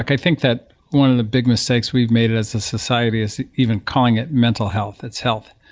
i think that one of the big mistakes we've made it as a society is even calling it mental health. it's health.